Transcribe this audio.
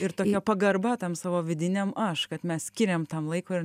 ir tokia pagarba tam savo vidiniam aš kad mes skiriam tam laiko ir